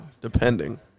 depending